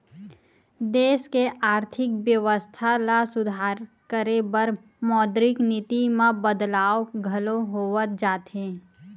देस के आरथिक बेवस्था ल सुधार करे बर मौद्रिक नीति म बदलाव घलो होवत जाथे